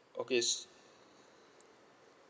okay